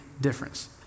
difference